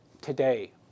today